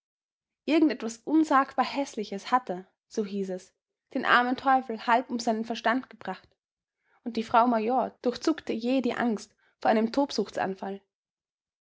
etwas unsagbar häßliches hatte so hieß es den armen teufel halb um seinen verstand gebracht und die frau major durchzuckte jäh die angst vor einem